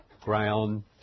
ground